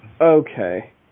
Okay